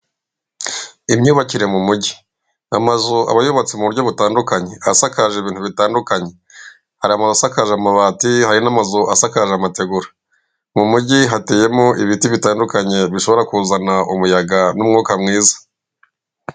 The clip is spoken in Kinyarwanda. Imyubakire mu mujyi. Amazu aba yubatse mu buryo butandukanye, asakaje ibintu bitandukanye. Hari amazu asakaje amabati, hari n'amazu asakaje amategura. Mu mujyi hateyemo ibiti bitandukanye, bishobora kuzana umuyaga n'umwuka mwiza.